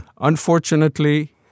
Unfortunately